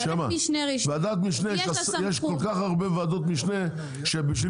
ועדת משנה יש כל כך הרבה ועדות משנה שבשביל